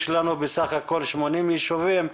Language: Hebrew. יש לנו בסך הכול 80 יישובים,